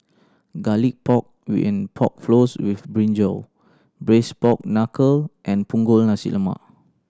Garlic Pork and Pork Floss with brinjal Braised Pork Knuckle and Punggol Nasi Lemak